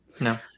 no